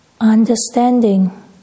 understanding